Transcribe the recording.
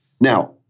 Now